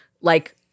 like-